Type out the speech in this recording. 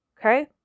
Okay